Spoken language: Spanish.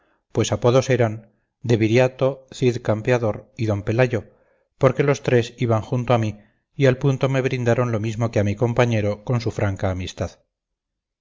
pues apodos eran de viriato cid campeador y d pelayo porque los tres iban junto a mí y al punto me brindaron lo mismo que a mi compañero con su franca amistad